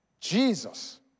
Jesus